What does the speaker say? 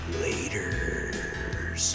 Later